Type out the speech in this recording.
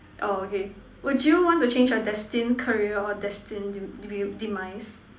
oh okay would you want to change your destined career or destined de~ de~ demise